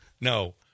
No